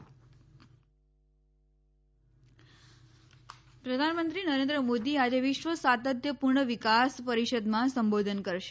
વિકાસ પ્રધાનમંત્રી નરેન્દ્ર મોદી આજે વિશ્વ સાતત્યપૂર્ણ વિકાસ પરિષદમાં સંબોધન કરશે